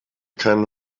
keinen